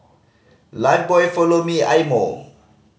Lifebuoy Follow Me Eye Mo